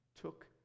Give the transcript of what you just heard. took